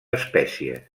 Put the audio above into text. espècie